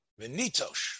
Vinitosh